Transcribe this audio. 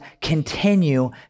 continue